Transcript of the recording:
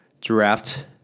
draft